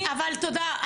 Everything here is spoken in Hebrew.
אבל תודה.